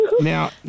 Now